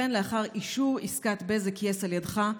וכן לאחר אישור עסקת בזק-יס על ידך,